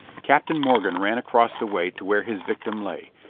captain morgan ran across the way to where his victim lay,